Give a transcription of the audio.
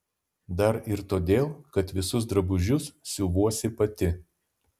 dar ir todėl kad visus drabužius siuvuosi pati